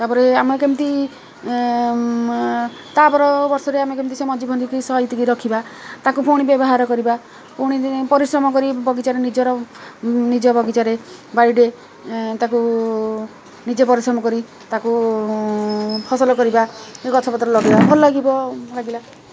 ତା'ପରେ ଆମେ କେମିତି ତା'ପର ବର୍ଷରେ ଆମେ କେମିତି ସେ ମଞ୍ଜି ମଞ୍ଜି କି ସହିତିକି ରଖିବା ତାକୁ ପୁଣି ବ୍ୟବହାର କରିବା ପୁଣି ପରିଶ୍ରମ କରି ବଗିଚାରେ ନିଜର ନିଜ ବଗିଚାରେ ବାଡ଼ିରେ ତାକୁ ନିଜେ ପରିଶ୍ରମ କରି ତାକୁ ଫସଲ କରିବା ଗଛପତ୍ର ଲଗାଇବା ଭଲ ଲାଗିବ ଲାଗିଲା